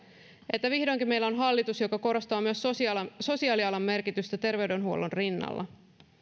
että vihdoinkin meillä on hallitus joka korostaa myös sosiaalialan merkitystä terveydenhuollon rinnalla